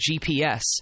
GPS